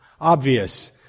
obvious